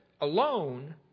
alone